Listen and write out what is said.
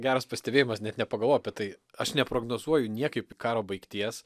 geras pastebėjimas net nepagalvojau apie tai aš neprognozuoju niekaip karo baigties